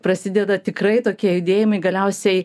prasideda tikrai tokie judėjimai galiausiai